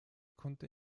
konnte